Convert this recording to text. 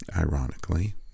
Ironically